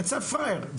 יצא פראייר,